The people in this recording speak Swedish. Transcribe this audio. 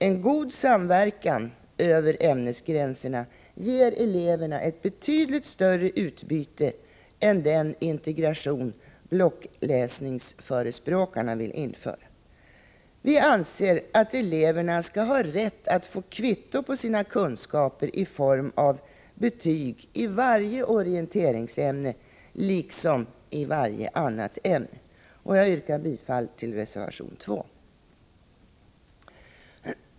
En god samverkan över ämnesgränserna ger eleverna ett betydligt större utbyte än den integration blockläsningsförespråkarna vill införa. Vi menar att eleverna skall ha rätt att få kvitto på sina kunskaper i form av betyg i varje orienteringsämne, liksom i varje annat ämne. Jag yrkar bifall till reservation 2.